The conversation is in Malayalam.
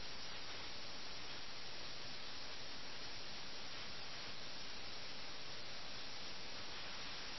തങ്ങളുടെ രാജാവിനുവേണ്ടി ഒരു തുള്ളി കണ്ണുനീർ പോലും പൊഴിക്കാൻ കഴിയാത്ത അവർ ചതുരംഗപ്പലകയിലെ വസീറുകളെ രാജാക്കന്മാരെ സംരക്ഷിച്ചുകൊണ്ട് മരിച്ചു